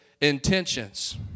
intentions